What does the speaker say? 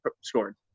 scored